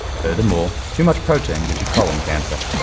furthermore, too much protein gives you colon cancer.